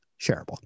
shareable